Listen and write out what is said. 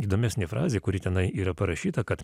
įdomesnė frazė kuri tenai yra parašyta kad